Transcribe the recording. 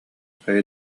хайа